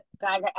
Guys